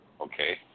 Okay